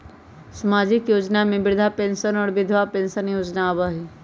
सामाजिक योजना में वृद्धा पेंसन और विधवा पेंसन योजना आबह ई?